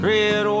Red